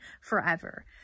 forever